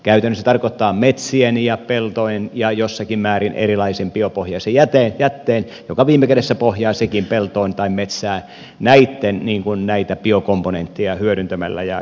käytännössä se tarkoittaa metsien ja peltojen ja jossakin määrin erilaisen biopohjaisen jätteen joka viime kädessä pohjaa sekin peltoon tai metsään biokomponenttien hyödyntämistä ja käyttämistä